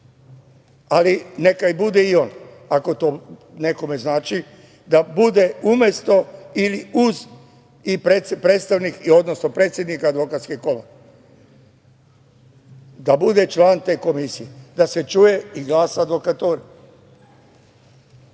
ali neka bude i on ako to nekome znači, da bude umesto ili uz i predstavnik, odnosno predsednik Advokatske komore da bude član te komisije, da se čuje i glas advokature.